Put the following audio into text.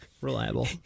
reliable